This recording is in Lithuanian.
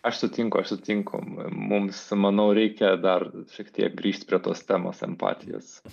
aš sutinku aš sutinku mums manau reikia dar šiek tiek grįžt prie tos temos empatijos